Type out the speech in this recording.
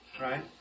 right